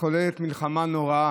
מתחוללת מלחמה נוראה: